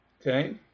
okay